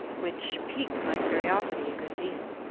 which piqued my curiosity a good deal.